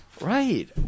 Right